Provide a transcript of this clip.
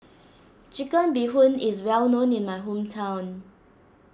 Chicken Bee Hoon is well known in my hometown